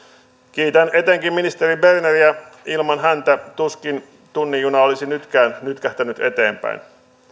kiitän etenkin ministeri berneriä ilman häntä tuskin tunnin juna olisi nytkään nytkähtänyt eteenpäin